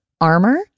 armor